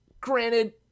Granted